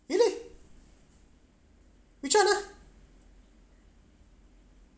really which one ah